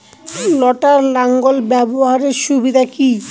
লটার লাঙ্গল ব্যবহারের সুবিধা কি?